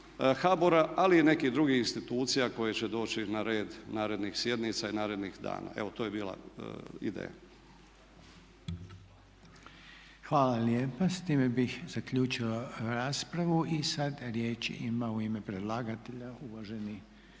ali i nekih drugih institucija koje će doći na red narednih sjednica i narednih dana. Evo to je bila ideja. **Reiner, Željko (HDZ)** Hvala lijepa. S time bih zaključio raspravu. I sad riječ ima u ime predlagatelja uvaženi